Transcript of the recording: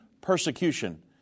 persecution